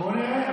בואו נראה.